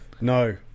No